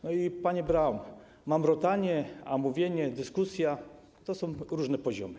No i, panie Braun, mamrotanie a mówienie, dyskusja to są różne poziomy.